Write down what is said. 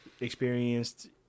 Experienced